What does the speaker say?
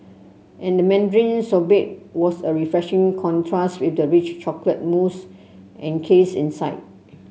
and the mandarin sorbet was a refreshing contrast with the rich chocolate mousse encased inside